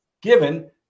given